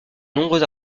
nombreux